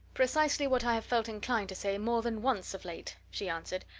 precisely what i have felt inclined to say more than once of late! she answered.